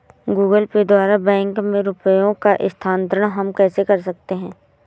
Google Pay द्वारा bank में रुपयों का स्थानांतरण हम कैसे कर सकते हैं?